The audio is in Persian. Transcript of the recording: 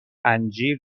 انجیر